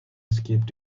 escaped